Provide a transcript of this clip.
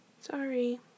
Sorry